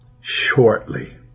shortly